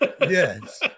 Yes